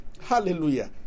Hallelujah